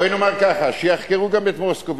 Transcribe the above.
בואי נאמר ככה, שיחקרו גם את מוסקוביץ.